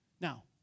Now